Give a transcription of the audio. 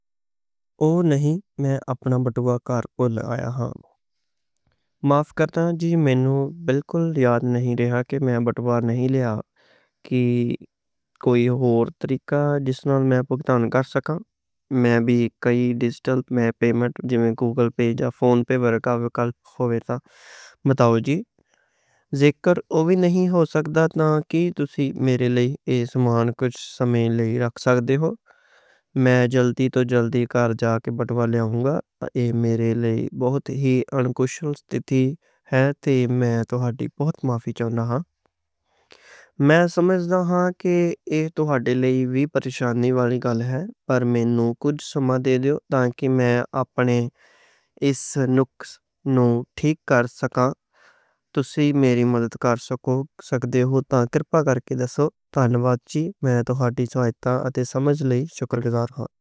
اوہ نہ، میں اپنا بٹوا کار وچ رہ گیا۔ میں نوں بالکل یاد نہیں رہا کہ میں بٹوا نہیں لیا۔ کوئی ہور طریقہ جس نال میں بھگتان کر سکاں؟ ڈیجیٹل پیمنٹ جیویں گوگل پے یا فون پے، بار کوڈ یا کیو آر کوڈ ہووے تاں۔ جے ایہ وی نہیں ہو سکدا تاں، تسی میرے لئی ایہ سامان کچھ سمے لئی رکھ سکتے ہو؟ میں جلدی توں جلدی کار جا کے بٹوا لے آں گا، کچھ سمے دے او تاں کہ میں اپنی اس غلطی نوں ٹھیک کر سکاں۔ تسی میری مدد کر سکتے ہو تاں کرپا کرکے دسو۔ تانواد جی، میں توہاڈی سہائتا اتے سمجھ لئی شکر گزار ہاں۔